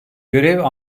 görev